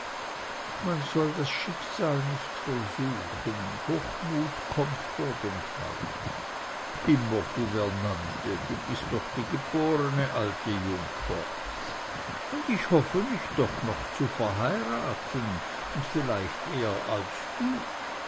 man soll sein schicksal nicht versuchen hochmut kommt vor dem fall immer gouvernante du bist doch die geborene alte jungfer und hoffe mich doch noch zu verheiraten und vielleicht eher als du